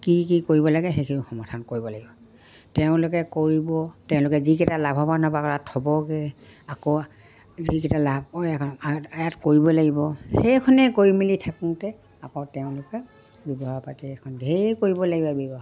কি কি কৰিব লাগে সেইখিনি সমাধান কৰিব লাগিব তেওঁলোকে কৰিব তেওঁলোকে যিকেইটা লাভৱান হ'ব আকৌ তাত থ'বগৈ আকৌ যিকেইটা লাভ হয় আয়ত কৰিব লাগিব সেইখনেই কৰি মেলি থাকোঁতে আকৌ তেওঁলোকে ব্যৱসায় পাতি এখন ঢেৰ কৰিব লাগিব ব্যৱসায়